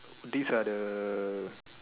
this are the